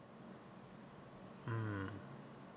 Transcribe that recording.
mm